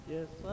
Yes